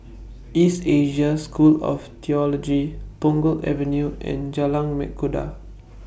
East Asia School of Theology Punggol Avenue and Jalan Mengkudu